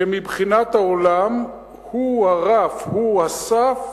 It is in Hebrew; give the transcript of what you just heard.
שמבחינת העולם הוא הרף, הוא הסף